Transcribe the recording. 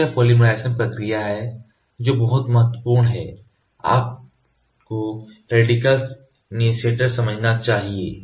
तो यह पॉलीमराइज़ेशन प्रक्रिया है जो बहुत महत्वपूर्ण है आपको रेडिकल इनीशिएट समझना चाहिए